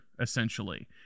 essentially